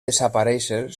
desaparéixer